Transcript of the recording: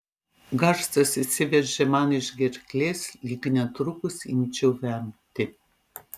garsas išsiveržė man iš gerklės lyg netrukus imčiau vemti